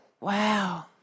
Wow